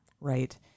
Right